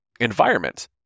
environment